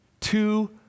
two